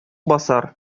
басар